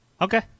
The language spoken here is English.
Okay